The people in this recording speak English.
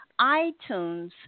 iTunes